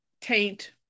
taint